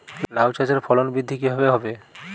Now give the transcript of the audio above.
লাউ চাষের ফলন বৃদ্ধি কিভাবে হবে?